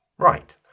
Right